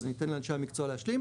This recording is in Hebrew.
אז אני אתן לאנשי המקצוע להשלים,